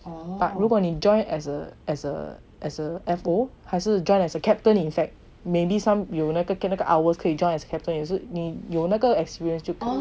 but 如果你 join as a as a as a fo 还是 join as a captain in fact maybe some 有那个 clinical hours 可以 join as captain 也是你有那个 experience 就可以